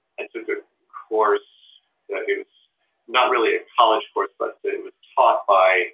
and to good course that is not really a college course but that was taught by